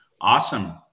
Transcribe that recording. awesome